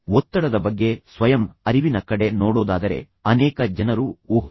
ಈಗ ಒತ್ತಡದ ಬಗ್ಗೆ ಒಂದು ರೀತಿಯ ಸ್ವಯಂ ಅರಿವಿನ ಕಡೆ ನೋಡೋದಾದರೆ ಅನೇಕ ಜನರು ಓಹ್